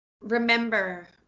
remember